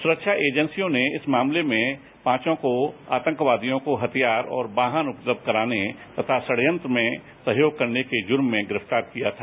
सुरक्षा एजेंसियों ने इस मामले में इन पांचों को आतंकवादियों को हथियार और वाहन उपलब्ध कराने तथा षब्बंत्र रचने में सहयोग करने के लिए जूर्म में गिरफ्तार किया था